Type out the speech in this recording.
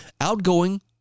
outgoing